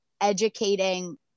educating